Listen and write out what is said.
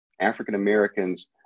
African-Americans